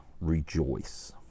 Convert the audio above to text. rejoice